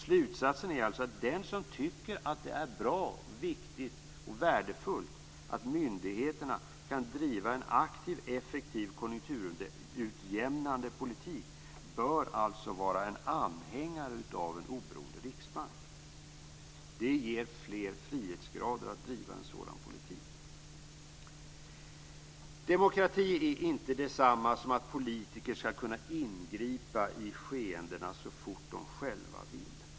Slutsatsen är alltså att den som tycker att det är bra, viktigt och värdefullt att myndigheterna kan driva en aktiv och effektiv konjunkturutjämnande politik bör vara anhängare av en oberoende riksbank. Det ger fler frihetsgrader att driva en sådan politik. Demokrati är inte detsamma som att politiker skall kunna ingripa i skeendena så fort de själva vill.